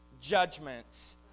judgments